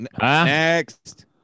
Next